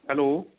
hello